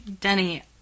Denny